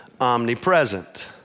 omnipresent